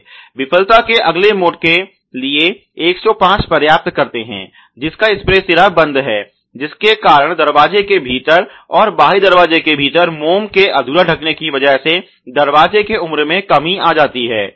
विफलता के अगले मोड के लिए 105 प्राप्त करते हैं जिसका स्प्रे सिरा बंद है जिसके कारण दरवाजे के भीतर और बाहरी दरवाजे के भीतर मोम के अधूरा ढकने की वजह से दरवाजे के उम्र मे कमी आ जाती है